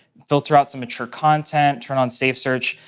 filter out some mature content, turn on safe search,